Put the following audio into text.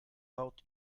baut